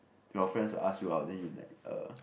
your friends will ask you out then you like uh